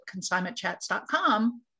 consignmentchats.com